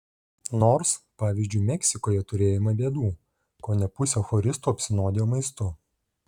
nors pavyzdžiui meksikoje turėjome bėdų kone pusė choristų apsinuodijo maistu